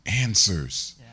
answers